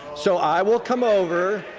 so i will come over,